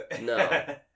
No